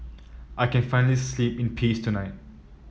I can finally sleep in peace tonight